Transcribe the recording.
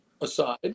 aside